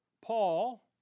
Paul